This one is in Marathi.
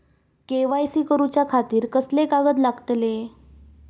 के.वाय.सी करूच्या खातिर कसले कागद लागतले?